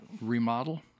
remodel